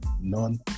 none